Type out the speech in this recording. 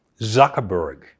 Zuckerberg